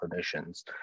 clinicians